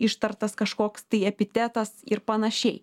ištartas kažkoks tai epitetas ir panašiai